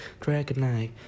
Dragonite